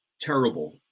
terrible